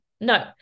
No